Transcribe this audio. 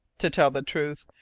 to tell the truth,